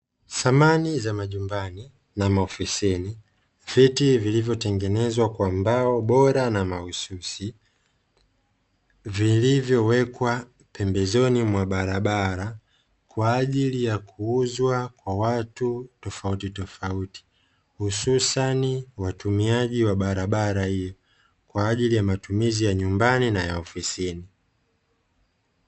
Samani za majumbani na mahofisini viti vilivo tengenezwa vizuri vimewekwa eneo la barabara kwaajili ya matumizi ya ofisini hususani kwa watumiaji wa barabara hiyo